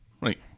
Right